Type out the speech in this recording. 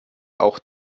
auch